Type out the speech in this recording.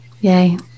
yay